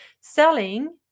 Selling